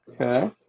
Okay